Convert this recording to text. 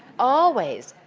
always!